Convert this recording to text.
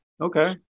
Okay